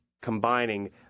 combining